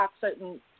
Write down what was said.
certain